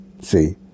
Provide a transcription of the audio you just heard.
See